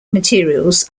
materials